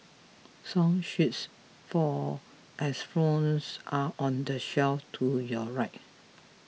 song sheets for xylophones are on the shelf to your right